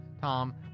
Tom